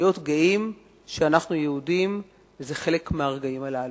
להיות גאים שאנחנו יהודים, וזה חלק מהרגעים הללו.